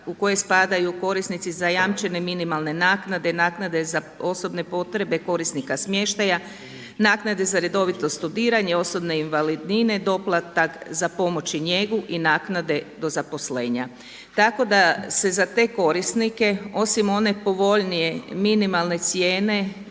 u koje spadaju korisnici zajamčene minimalne naknade, naknade za osobne potrebe korisnika smještaja, naknade za redovito studiranje, osobne invalidnine, doplatak za pomoć i njegu i naknade do zaposlenja. Tako da se za te korisnike osim one povoljnije, minimalne cijene